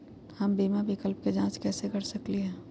हम बीमा विकल्प के जाँच कैसे कर सकली ह?